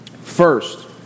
First